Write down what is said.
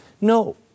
No